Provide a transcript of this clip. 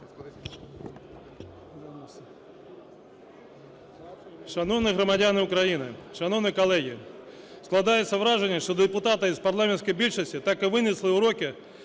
Шановні громадяни України! Шановні колеги! Складається враження, що депутати з парламентської більшості так і не винесли уроки